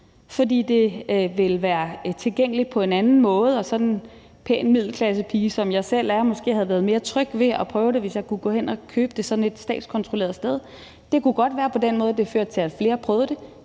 fordi det ville være tilgængeligt på en anden måde. Og sådan en pæn middelklassepige, som jeg selv er, ville måske have været mere tryg ved at prøve det, hvis jeg kunne gå hen og købe det sådan et statskontrolleret sted. Det kunne godt være, at det på den måde førte til, at flere prøvede det.